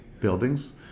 buildings